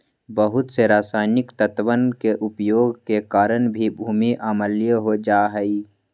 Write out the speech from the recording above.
बहुत से रसायनिक तत्वन के उपयोग के कारण भी भूमि अम्लीय हो जाहई